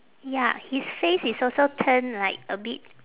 ya his face is also turn like a bit